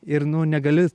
ir nu negali